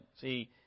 See